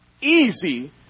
easy